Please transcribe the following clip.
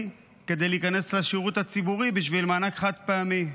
וייכנס לשירות הציבורי בשביל מענק חד-פעמי.